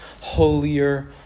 holier